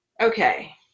Okay